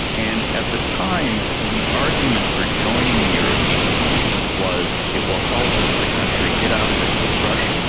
and at the time the argument for joining the european union, was it will help the country get out of its depression